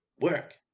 work